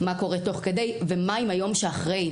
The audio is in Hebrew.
מה קורה תוך כדי ומה עם היום שאחרי.